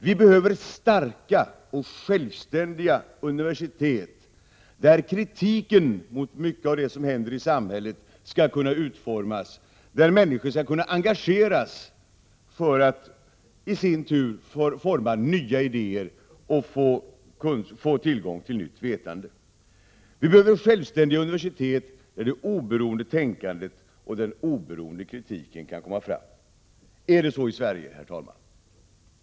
Vi behöver starka och självständiga universitet där kritiken mot mycket av det som händer i samhället skall kunna utformas och där människor skall kunna engageras för att i sin tur forma nya idéer och få tillgång till nytt vetande. Vi behöver självständiga universitet där det oberoende tänkandet och den oberoende kritiken kan komma fram. Är det så i Sverige, herr talman?